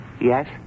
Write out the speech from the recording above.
Yes